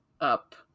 up